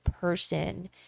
person